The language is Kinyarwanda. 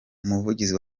umuvugizi